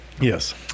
Yes